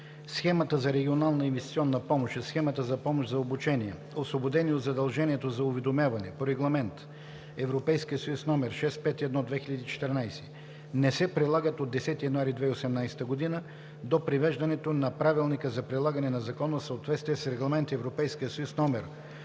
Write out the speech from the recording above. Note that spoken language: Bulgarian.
Схемата за регионална инвестиционна помощ и схемата за помощ за обучение, освободени от задължението за уведомяване по Регламент (ЕС) № 651/2014, не се прилагат от 10 януари 2018 г. до привеждането на правилника за прилагане на закона в съответствие с Регламент (ЕС) №